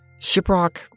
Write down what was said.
Shiprock